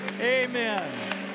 amen